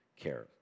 care